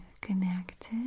connected